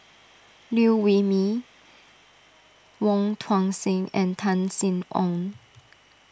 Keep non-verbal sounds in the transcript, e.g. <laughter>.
<noise> Liew Wee Mee Wong Tuang Seng and <noise> Tan Sin Aun